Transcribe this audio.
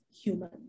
human